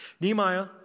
Nehemiah